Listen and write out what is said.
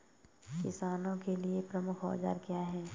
किसानों के लिए प्रमुख औजार क्या हैं?